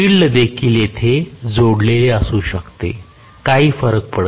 field देखील येथे जोडलेले असू शकते काही फरक पडत नाही